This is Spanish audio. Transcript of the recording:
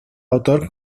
autor